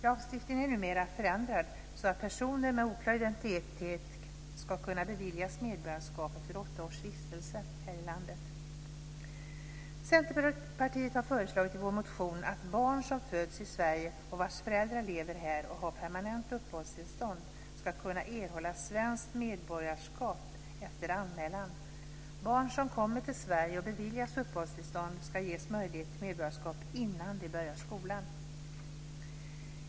Lagstiftningen är numera förändrad så att personer med oklar identitet ska kunna beviljas medborgarskap efter åtta års vistelse här i landet. I vår motion har vi i Centerpartiet föreslagit att barn som föds i Sverige och vars föräldrar lever här och har permanent uppehållstillstånd ska kunna erhålla svenskt medborgarskap efter anmälan. Barn som kommer till Sverige och beviljas uppehållstillstånd ska ges möjlighet till medborgarskap innan de börjar skolan.